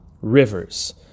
rivers